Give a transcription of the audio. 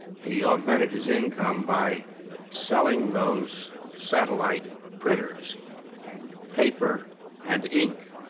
he augmented his income by selling those satellite printers paper and ink.